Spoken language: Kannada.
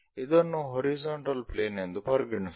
ಇದನ್ನು ಹಾರಿಜಾಂಟಲ್ ಪ್ಲೇನ್ ಎಂದು ಪರಿಗಣಿಸೋಣ